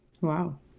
Wow